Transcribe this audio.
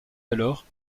alors